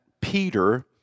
Peter